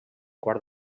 quart